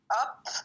up